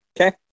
Okay